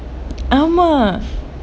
ஆமா:aamaa